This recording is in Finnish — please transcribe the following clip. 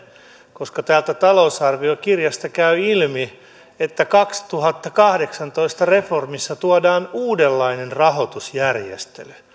koska täältä talousarviokirjasta käy ilmi että kaksituhattakahdeksantoista reformissa tuodaan uudenlainen rahoitusjärjestely